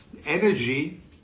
energy